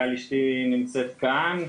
גל אשתי נמצאת כאן,